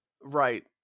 Right